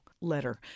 letter